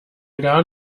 gar